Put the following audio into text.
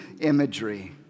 imagery